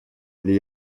для